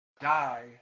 die